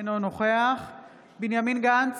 אינו נוכח בנימין גנץ,